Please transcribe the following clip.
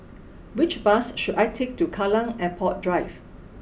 which bus should I take to Kallang Airport Drive